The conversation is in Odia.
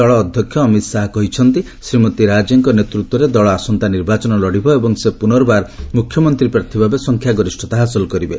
ଦଳ ଅଧ୍ୟକ୍ଷ ଅମିତ ଶାହା କହିଛନ୍ତି ଶ୍ରୀମତୀ ରାଜେଙ୍କ ନେତୃତ୍ୱରେ ଦଳ ଆସନ୍ତା ନିର୍ବାଚନ ଲଢିବ ଏବଂ ସେ ପୁନର୍ବାର ମୁଖ୍ୟମନ୍ତ୍ରୀ ପ୍ରାର୍ଥୀଭାବେ ସଂଖ୍ୟା ଗରିଷତା ହାସଲ କରିବେ